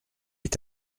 est